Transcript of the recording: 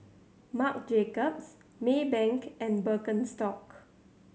Marc Jacobs Maybank and Birkenstock